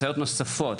סייעות נוספות.